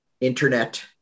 internet